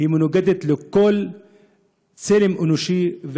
מנוגדת לכל צלם אנושי,